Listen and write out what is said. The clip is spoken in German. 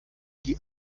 die